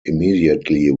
immediately